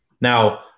Now